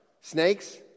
Snakes